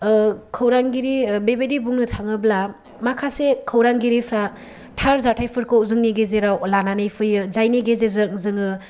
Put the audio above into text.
ओ खौरांगिरि बेबायदि बुंनो थाङोब्ला माखासे खौरांगिरिफ्रा थार जाथायफोरखौ जोंनि गेजेराव लानानै फैयो जायनि गेजेरजों जोङो